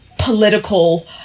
political